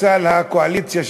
מספסל הקואליציה,